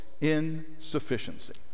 insufficiency